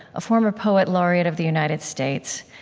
a former poet laureate of the united states,